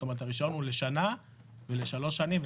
זאת אומרת הרישיון הוא לשנה ולשלוש שנים.